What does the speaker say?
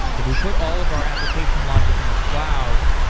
if we put all of our application logic in the cloud,